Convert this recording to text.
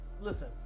listen